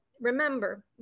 remember